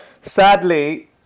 Sadly